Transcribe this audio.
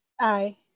Aye